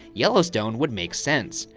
yellowstone would make sense.